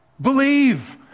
Believe